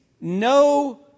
no